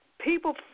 people